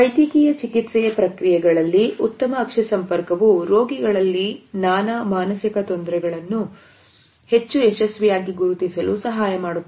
ವೈದ್ಯಕೀಯ ಚಿಕಿತ್ಸೆಯ ಪ್ರಕ್ರಿಯೆಗಳಲ್ಲಿ ಉತ್ತಮ ಅಕ್ಷಿ ಸಂಪರ್ಕವು ರೋಗಿಗಳಲ್ಲಿ ನಾ ಮಾನಸಿಕ ತೊಂದರೆಗಳನ್ನು ಹೆಚ್ಚು ಯಶಸ್ವಿಯಾಗಿ ಗುರುತಿಸಲು ಸಹಾಯ ಮಾಡುತ್ತವೆ